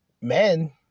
men